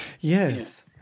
Yes